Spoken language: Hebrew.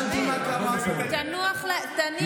תניח להם.